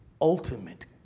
ultimate